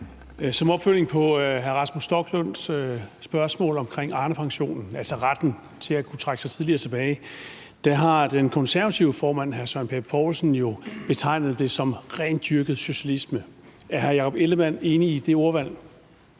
en opfølgning på hr. Rasmus Stoklunds spørgsmål om Arnepensionen, altså retten til at kunne trække sig tidligere tilbage. Den konservative formand, hr. Søren Pape Poulsen, har jo betegnet det som rendyrket socialisme. Er hr. Jakob Ellemann-Jensen enig i det ordvalg?